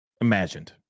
imagined